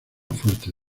fuerte